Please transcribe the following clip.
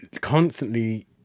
constantly